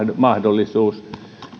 mahdollisuus